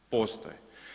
Postoje.